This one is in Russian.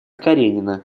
каренина